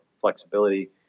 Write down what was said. flexibility